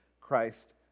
Christ